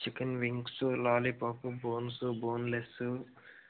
chicken wings lollipops bones bone less